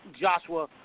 Joshua